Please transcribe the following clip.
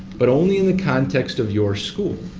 but only in the context of your school.